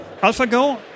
AlphaGo